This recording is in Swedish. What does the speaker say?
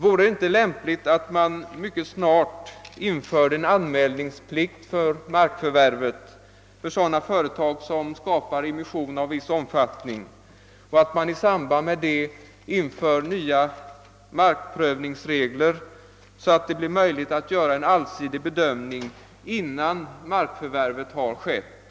Vore det inte lämpligt att mycket snart införa en anmälningsplikt före markförvärvet för sådana företag som skapar immission av viss omfattning och att i samband därmed införa nya markprövningsregler som gör det möjligt att få en allsidig bedömning innan markförvärvet har skett?